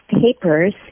papers